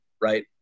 right